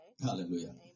Hallelujah